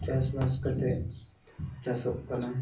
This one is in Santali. ᱪᱟᱥᱵᱟᱥ ᱠᱟᱛᱮᱫ ᱪᱟᱥᱚᱜ ᱠᱟᱱᱟ